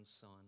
son